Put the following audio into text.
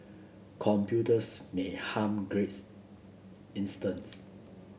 computers may harm grades instance